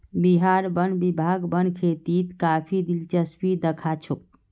बिहार वन विभाग वन खेतीत काफी दिलचस्पी दखा छोक